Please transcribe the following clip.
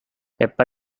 pepper